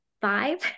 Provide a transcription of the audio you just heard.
five